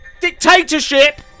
dictatorship